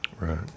Right